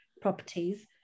properties